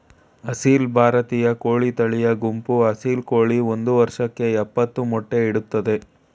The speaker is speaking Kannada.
ಅಸೀಲ್ ಭಾರತೀಯ ಕೋಳಿ ತಳಿಯ ಗುಂಪು ಅಸೀಲ್ ಕೋಳಿ ಒಂದ್ ವರ್ಷಕ್ಕೆ ಯಪ್ಪತ್ತು ಮೊಟ್ಟೆ ಇಡ್ತದೆ